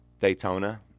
Daytona